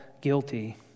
guilty